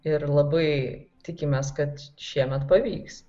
ir labai tikimės kad šiemet pavyks